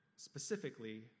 specifically